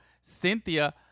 Cynthia